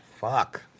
fuck